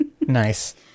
Nice